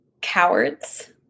cowards